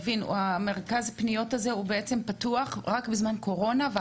מרכז הפניות הזה פתוח רק בזמן קורונה?